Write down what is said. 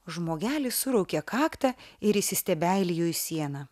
žmogelis suraukė kaktą ir įsistebeilijo į sieną